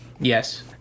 yes